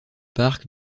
parc